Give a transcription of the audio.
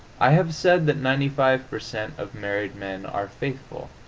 i have said that ninety five per cent. of married men are faithful.